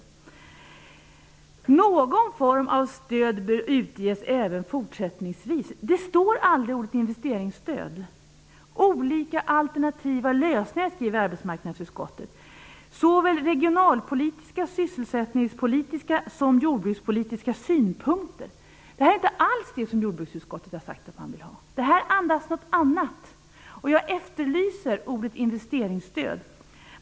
Det står att "någon form av stöd bör utges även fortsättningsvis". Ordet investeringsstöd nämns aldrig. Arbetsmarknadsutskottet skriver om olika alternativa lösningar och vikten av att de genomlyses noga från såväl regionalpolitiska, sysselsättningspolitiska som jordbrukspolitiska synpunkter. Men det är inte alls det som jordbruksutskottet har sagt att man önskar. Texten i betänkandet andas någonting annat. Jag efterlyser ordet investeringsstöd.